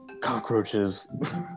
cockroaches